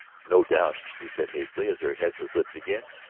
no doubt, he said hastily, as her head was lifted again,